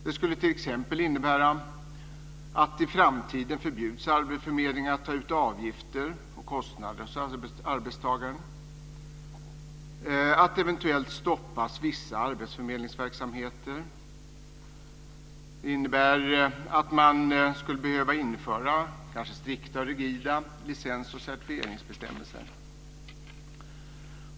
Den skulle t.ex. innebära att arbetsförmedlingar i framtiden förbjuds att ta ut avgifter och kostnader av arbetstagaren. Vissa arbetsförmedlingsverksamheter stoppas eventuellt. Den innebär att man kanske skulle behöva införa strikta, rigida licens och certifieringsbestämmelser.